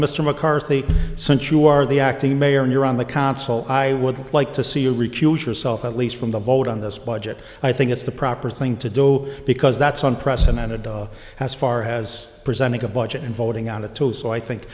mr mccarthy since you are the acting mayor and you're on the consul i would like to see you recuse yourself at least from the vote on this budget i think it's the proper thing to do because that's unprecedented as far has presented a budget in voting on the tools so i think